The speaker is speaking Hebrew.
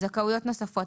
זכאויות נוספות".